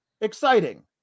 exciting